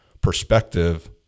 perspective